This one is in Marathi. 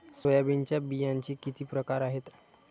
सोयाबीनच्या बियांचे किती प्रकार आहेत?